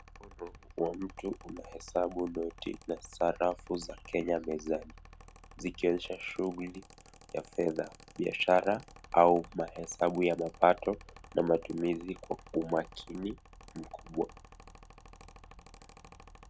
Mkono wa mtu unahesabu noti, na safaru za Kenya mezani, zikionyesha shughuli fedha, biashara au mahesabu ya mapato na matumizi kwa umakini mkubwa.